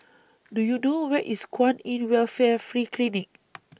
Do YOU know Where IS Kwan in Welfare Free Clinic